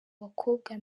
bakobwa